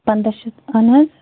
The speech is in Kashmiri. پنٛداہ شتھ اَہن حظ